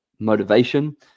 motivation